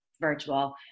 virtual